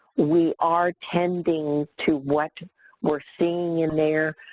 we are tending to what we're seeing in there.